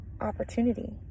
opportunity